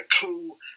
cool